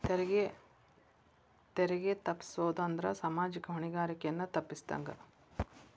ತೆರಿಗೆ ತಪ್ಪಸೊದ್ ಅಂದ್ರ ಸಾಮಾಜಿಕ ಹೊಣೆಗಾರಿಕೆಯನ್ನ ತಪ್ಪಸಿದಂಗ